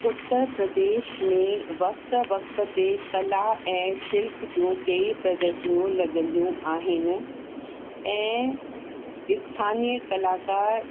उतरप्रदेश में वक़्त वक़्त ते कला ऐं शिल्प जूं कई प्रदर्शिनियूं लॻंदियूं आहिनि ऐं स्थानिय कलाकार